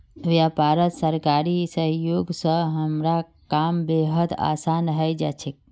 व्यापारत सरकारी सहयोग स हमारा काम बेहद आसान हइ जा छेक